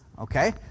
okay